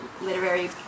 literary